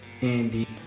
Andy